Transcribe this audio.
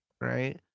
right